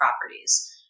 properties